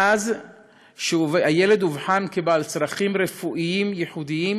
מאז שהילד אובחן כבעל צרכים רפואיים ייחודיים